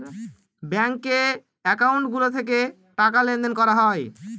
ব্যাঙ্কে একাউন্ট গুলো থেকে টাকা লেনদেন করা হয়